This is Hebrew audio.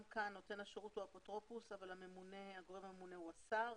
גם כאן נותן השירות הוא האפוטרופוס הכללי אבל הגורם הממונה הוא שר